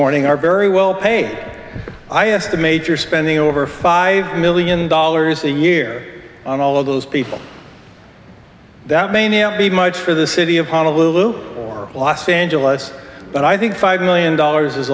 morning are very well paid i estimate your spending over five million dollars a year on all those people that may not be much for the city of honolulu or los angeles but i think five million dollars is